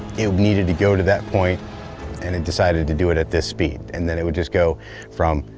it needed to go to that point and it decided to do it at this speed and then it would just go from